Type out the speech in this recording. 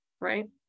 right